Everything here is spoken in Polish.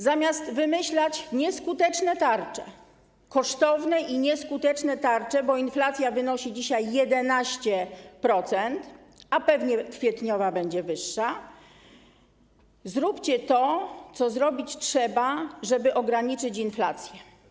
Zamiast wymyślać nieskuteczne tarcze - kosztowne i nieskuteczne tarcze, bo inflacja wynosi dzisiaj 11%, a pewnie kwietniowa będzie wyższa - zróbcie to, co zrobić trzeba, żeby ograniczyć inflację.